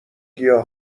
گیاه